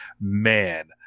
Man